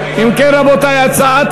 לעניין הצעת